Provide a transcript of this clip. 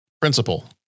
principal